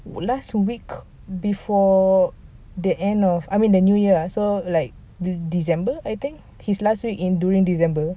last week before the end of I mean the new year lah so like december I think his last week in during december